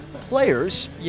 players